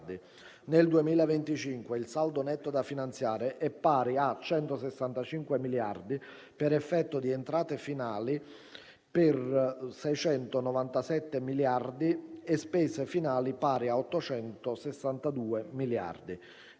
Nel 2025 il saldo netto da finanziare è pari a 165 miliardi per effetto di entrate finali per 697 miliardi e spese finali pari a 862 miliardi.